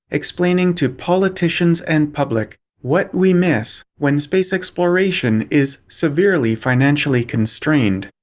explaining to politicians and public what we miss when space exploration is severely financially constrained.